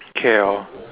K_L